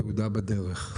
התעודה בדרך.